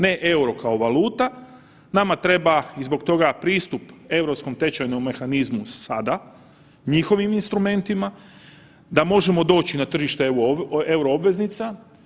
Ne EUR-o kao valuta, nama treba i zbog toga pristup Europskom tečajnom mehanizmu sada, njihovim instrumentima da možemo doći na tržište euro obveznica.